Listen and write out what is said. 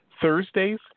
Thursdays